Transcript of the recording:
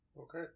Okay